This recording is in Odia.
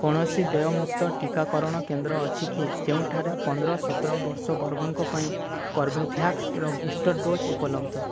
କୌଣସି ଦେୟମୁକ୍ତ ଟିକାକରଣ କେନ୍ଦ୍ର ଅଛି କି ଯେଉଁଠାରେ ପନ୍ଦର ସତର ବର୍ଷ ବର୍ଗଙ୍କ ପାଇଁ କର୍ବେଭ୍ୟାକ୍ସର ବୁଷ୍ଟର ଡୋଜ୍ ଉପଲବ୍ଧ